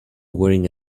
wearing